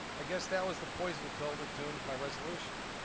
i guess that was the poison bill that doomed my resolution.